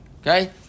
okay